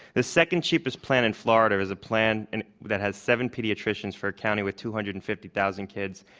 the second cheapest plan in florida is a plan and that has seven pediatricians for a county with two hundred and fifty thousand kids.